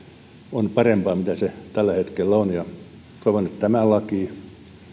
on parempaa kuin se tällä hetkellä on ja toivon että tämä laki